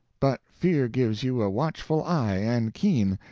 but fear gives you a watchful eye and keen,